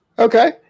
Okay